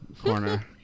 corner